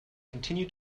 continue